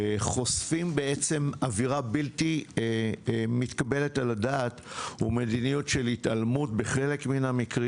חושפים אווירה בלתי מתקבלת על הדעת ומדיניות של התעלמות בחלק מהמקרים.